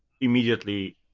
immediately